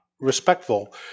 respectful